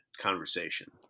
conversation